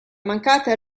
mancata